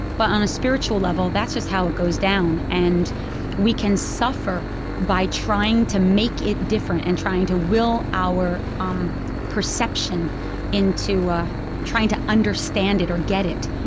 but on a spiritual level, that's just how it goes down. and we can suffer by trying to make it different and trying to will our um perception into ah trying to understand it or get it.